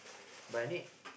but I need